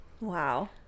Wow